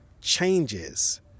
changes